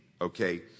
Okay